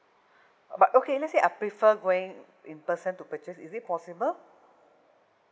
but okay let's say I prefer going in person to purchase is it possible